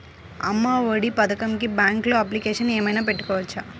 అమ్మ ఒడి పథకంకి బ్యాంకులో అప్లికేషన్ ఏమైనా పెట్టుకోవచ్చా?